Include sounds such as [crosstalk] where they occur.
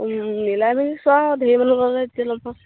মিলাই মিলি চোৱা আৰু ধেৰ মানুহ লগ'লে [unintelligible] অলপ